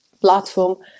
platform